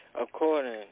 according